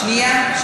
זה בתמיכת הממשלה.